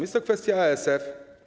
Jest to kwestia ASF.